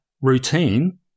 routine